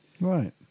Right